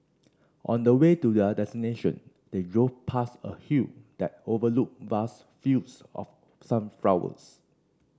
on the way to their destination they drove past a hill that overlooked vast fields of sunflowers